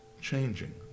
changing